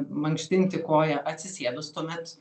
mankštinti koją atsisėdus tuomet